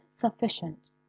sufficient